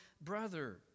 brother